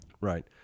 Right